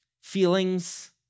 feelings